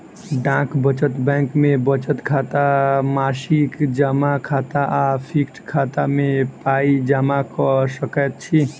डाक बचत बैंक मे बचत खाता, मासिक जमा खाता आ फिक्स खाता मे पाइ जमा क सकैत छी